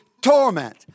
torment